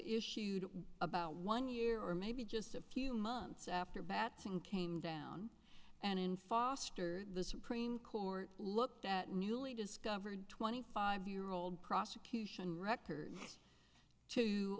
issued about one year or maybe just a few months after batson came down and in foster the supreme court looked at newly discovered twenty five year old prosecution records to